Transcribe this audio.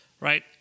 right